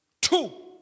Two